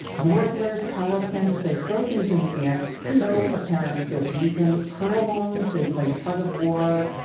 warblers, pelicans, they throw things in the air for no apparent good reason. currawongs, they play tug-of-war,